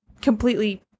completely